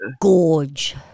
gorge